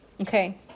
Okay